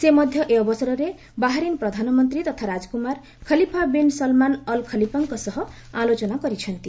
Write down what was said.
ସେ ମଧ୍ୟ ଏ ଅବସରରେ ବାହାରିନ୍ ପ୍ରଧାନମନ୍ତ୍ରୀ ତଥା ରାଜକୁମାର ଖଲିଫା ବିନ୍ ସଲ୍ମାନ୍ ଅଲ୍ ଖଲିଫାଙ୍କ ସହ ଆଲୋଚନା କରିଛନ୍ତି